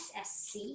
ssc